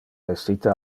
essite